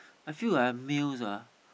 I feel like males ah